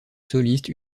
soliste